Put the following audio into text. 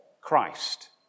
Christ